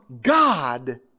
God